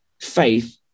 faith